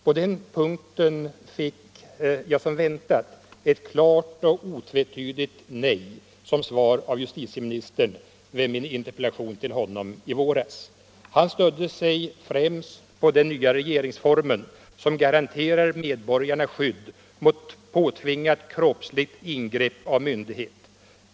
På den punkten fick jag som väntat ett klart och otvetydigt nej som svar av justitieministern på min interpellation till honom i våras. Han stödde sig främst på den nya regeringsformen, som garanterar medborgarna skydd mot påtvingat kroppsligt ingrepp av myndighet.